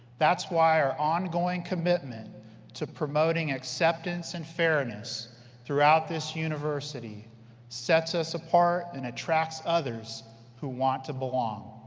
that's why our ongoing commitment to promoting acceptance and fairness throughout this university sets us apart and attracts others who want to belong.